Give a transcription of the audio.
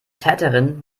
täterin